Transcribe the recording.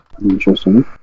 Interesting